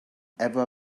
ever